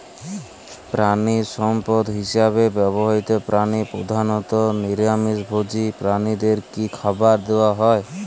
প্রাণিসম্পদ হিসেবে ব্যবহৃত প্রাণী প্রধানত নিরামিষ ভোজী প্রাণীদের কী খাবার দেয়া হয়?